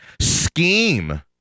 scheme